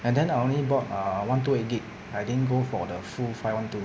and then I only bought err one two eight gig I didn't go for the full five one two